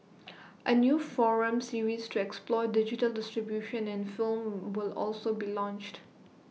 A new forum series to explore digital distribution in film will also be launched